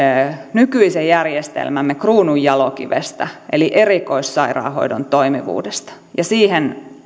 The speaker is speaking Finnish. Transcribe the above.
nykyisen järjestelmämme kruununjalokivestä eli erikoissairaanhoidon toimivuudesta siihen